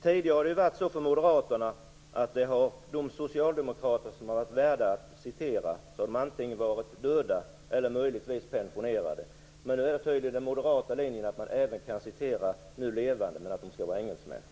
Tidigare har det varit så för moderaterna att de socialdemokrater som har varit värda att citera antingen har varit döda eller möjligtvis pensionerade. Nu är tydligen den moderata linjen att man även kan citera nu levande socialdemokrater, men de skall vara engelsmän.